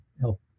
help